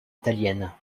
italienne